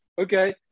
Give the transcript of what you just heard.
okay